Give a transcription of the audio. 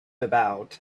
about